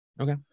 Okay